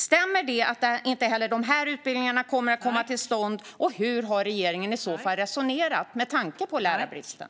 Stämmer det att inte heller dessa utbildningar kommer att komma till stånd, och hur har regeringen i så fall resonerat med tanke på lärarbristen?